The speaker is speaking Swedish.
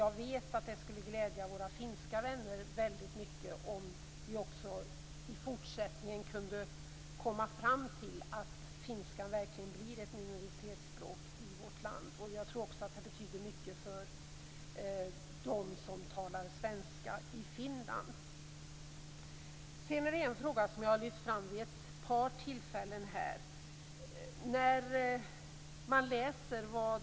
Jag vet att det skulle glädja våra finska vänner väldigt mycket om finskan i framtiden verkligen kunde bli ett minoritetsspråk i vårt land. Jag tror också att det betyder mycket för dem som talar svenska i Finland. Sedan vill jag ta upp en fråga som jag har lyft fram vid ett par tillfällen.